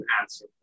answer